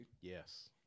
Yes